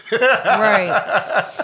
right